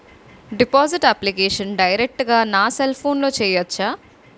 Deposit application direct గా నా cell ఫోన్లో చెయ్యచా?